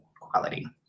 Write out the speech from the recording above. quality